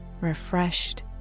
refreshed